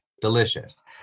delicious